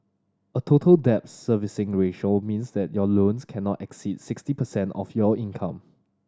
a Total Debt Servicing Ratio means that your loans cannot exceed sixty percent of your income